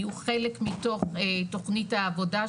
יהיו חלק מתוך תוכנית העבודה שלנו,